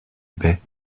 baie